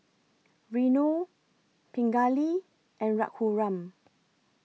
Renu Pingali and Raghuram